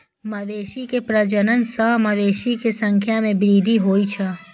मवेशी के प्रजनन सं मवेशी के संख्या मे वृद्धि होइ छै